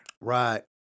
Right